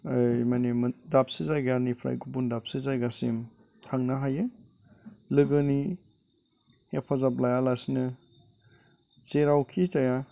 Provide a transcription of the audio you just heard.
माने दाबसे जायगानिफ्राय गुबुन दाबसे जायगासिम थांनो हायो लोगोनि हेफाजाब लायालासिनो जेरावखिजाया